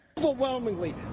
Overwhelmingly